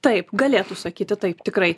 taip galėtų sakyti taip tikrai